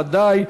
ודאי,